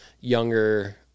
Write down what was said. younger